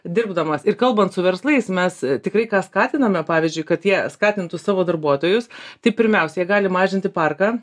dirbdamas ir kalbant su verslais mes tikrai skatiname pavyzdžiui kad jie skatintų savo darbuotojus tai pirmiausia jie gali mažinti parką